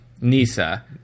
Nisa